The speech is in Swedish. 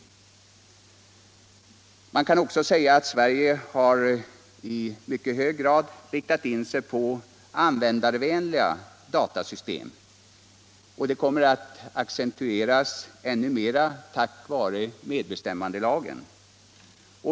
Sverige har i mycket hög grad riktat in sig på användarvänliga datasystem, och det kommer att accentueras ännu mera tack vare medbestämmandelagen.